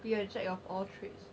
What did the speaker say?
be a jack of all trades